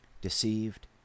deceived